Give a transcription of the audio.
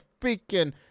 freaking